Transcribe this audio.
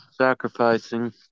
Sacrificing